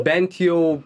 bent jau